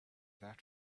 that